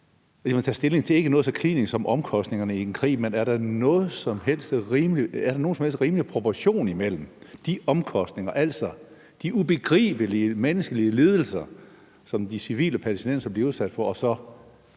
at tage stilling til ikke noget så klinisk som omkostningerne i en krig, men om der er nogen som helst rimelig proportion imellem de omkostninger, altså de ubegribelige menneskelige lidelser, som de civile palæstinensere bliver udsat for, og så